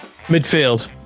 Midfield